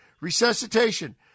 resuscitation